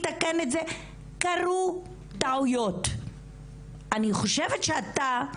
תתקן את זה ושקרו טעויות - אני חושבת שאתה,